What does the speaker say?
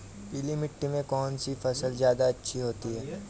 पीली मिट्टी में कौन सी फसल ज्यादा अच्छी होती है?